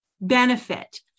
benefit